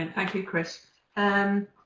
and thank you, chris. and